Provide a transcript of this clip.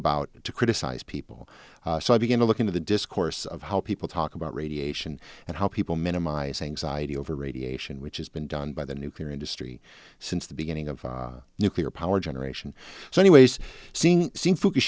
about to criticize people so i began to look into the discourse of how people talk about radiation and how people minimize anxiety over radiation which has been done by the nuclear industry since the beginning of nuclear power generation so anyways seeing